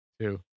two